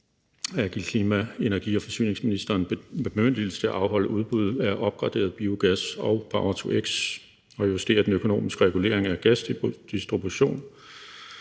Det giver klima-, energi- og forsyningsministeren bemyndigelse til at afholde udbud af opgraderet biogas og power-to-x ved at justere den økonomiske regulering af gasdistribution